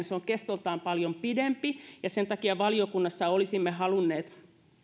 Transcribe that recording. se on kestoltaan paljon pidempi sen takia valiokunnassa olisimme halunneet